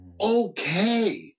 okay